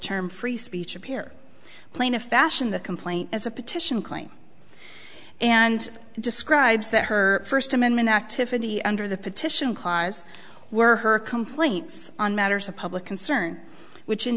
term free speech appear plaintiff fashion the complaint as a petition claim and describes that her first amendment activity under the petition cause were her complaints on matters of public concern which in